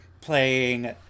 playing